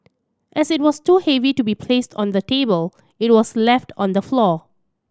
as it was too heavy to be placed on the table it was left on the floor